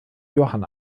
johann